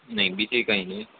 નહીં બીજી કંઈ નહીં